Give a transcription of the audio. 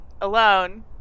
alone